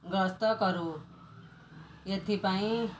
ଗସ୍ତ କରୁ ଏଥିପାଇଁ